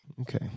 Okay